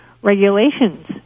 regulations